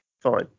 fine